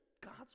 God's